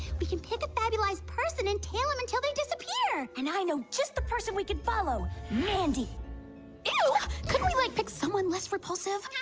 we can pick a fabulous person and tail them until they disappear, and i know just the person we could follow randy go you know could we like pick someone list repulsive?